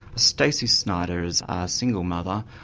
stacy snyder is a single mother,